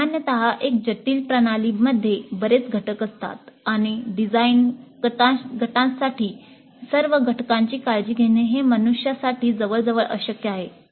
सामान्यत एक जटिल प्रणालीमध्ये बरेच घटक असतात आणि डिझाइन गटांसाठी सर्व घटकांची काळजी घेणे हे मनुष्यासाठी जवळजवळ अशक्य आहे